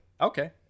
Okay